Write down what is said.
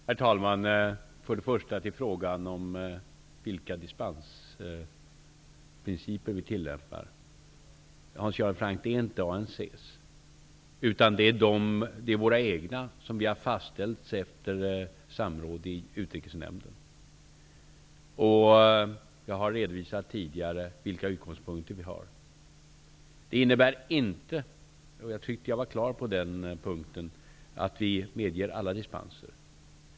Herr talman! Jag skall först svara på frågan vilka dispensprinciper vi tillämpar. Hans Göran Franck, det är inte ANC:s principer utan det är våra egna som vi har fastställt efter samråd i Utrikesnämnden. Jag har tidigare redovisat vilka utgångspunkter vi har. Det innebär inte -- jag tyckte att jag uttryckte mig klart på den punkten -- att vi medger alla dispenser.